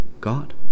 God